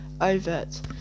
Overt